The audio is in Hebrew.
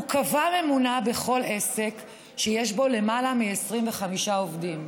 הוא קבע ממונה בכל עסק שיש בו למעלה מ-25 עובדים,